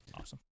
Awesome